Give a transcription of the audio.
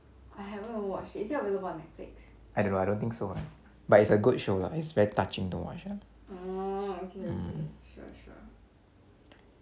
I don't know I don't think so one eh but it's a good show lah it's very touching to watch ah